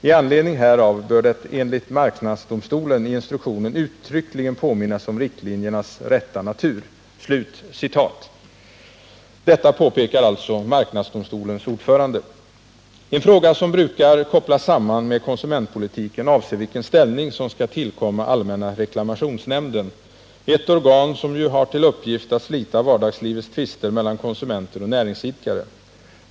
I anledning härav bör det enligt marknadsdomstolen i instruktionen uttryckligen påminnas om riktlinjernas rätta natur.” En fråga som brukar kopplas samman med konsumentpolitiken avser vilken ställning som skall tillkomma allmänna reklamationsnämnden, ett organ som ju har till uppgift att slita vardagslivets tvister mellan konsumenter och näringsidkare.